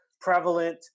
prevalent